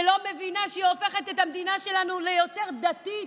שלא מבינה שהיא הופכת את המדינה שלנו ליותר דתית,